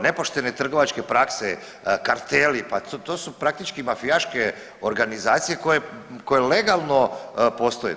Nepoštene trgovačke prakse, karteli, pa to su praktički mafijaške organizacije koje legalno postoje.